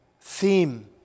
theme